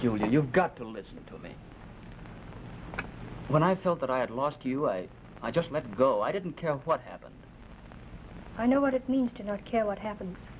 you you've got to listen to me when i felt that i had lost you i just let go i didn't care what happened i know what it means to not care what happen